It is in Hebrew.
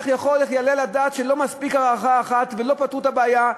איך יעלה על הדעת שלא מספיקה הארכה אחת ולא פתרו את הבעיה,